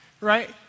Right